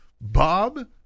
Bob